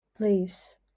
Please